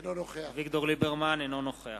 אינו נוכח